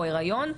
או היריון,